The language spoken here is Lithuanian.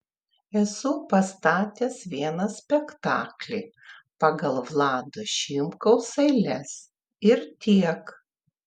esu pastatęs vieną spektaklį pagal vlado šimkaus eiles ir tiek